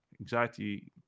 anxiety